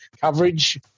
coverage